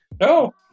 No